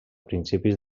principis